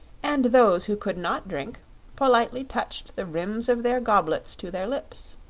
and those who could not drink politely touched the rims of their goblets to their lips.